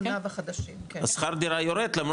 השכר דירה יורד.